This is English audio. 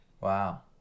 Wow